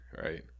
Right